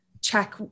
check